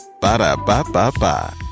Ba-da-ba-ba-ba